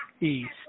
east